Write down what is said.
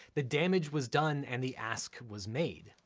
the damage was done and the ask was made,